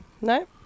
No